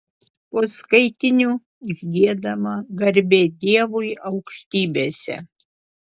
po skaitinių užgiedama garbė dievui aukštybėse